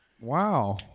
Wow